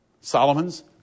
Solomon's